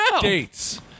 dates